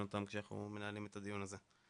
אותן כאשר אנחנו מנהלים את הדיון הזה.